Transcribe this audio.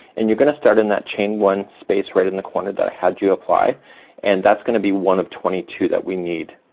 and you're gonna start in that chain one space right in the corner that i had you apply and that's gonna be one of twenty two that we need.